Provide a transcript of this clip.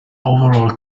overall